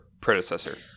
predecessor